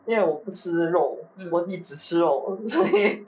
因为我不吃肉我弟只吃肉所以